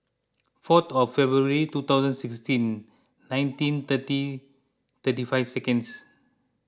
four of February two thousand sixteen nineteen thirty thirty five seconds